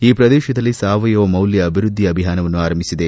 ಈ ಪ್ರದೇಶದಲ್ಲಿ ಸಾವಯವ ಮೌಲ್ಡ ಅಭಿವೃದ್ದಿ ಅಭಿಯಾನವನ್ನು ಆರಂಭಿಸಿದೆ